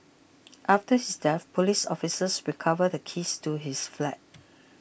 after his death police officers recovered the keys to his flat